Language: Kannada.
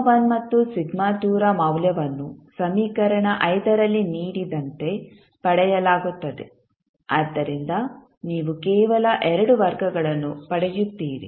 ಮತ್ತು ರ ಮೌಲ್ಯವನ್ನು ಸಮೀಕರಣ ರಲ್ಲಿ ನೀಡಿದಂತೆ ಪಡೆಯಲಾಗುತ್ತದೆ ಆದ್ದರಿಂದ ನೀವು ಕೇವಲ ಎರಡು ವರ್ಗಗಳನ್ನು ಪಡೆಯುತ್ತೀರಿ